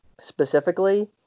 specifically